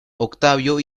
octavio